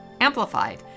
Amplified